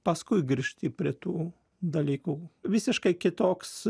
paskui grįžti prie tų dalykų visiškai kitoks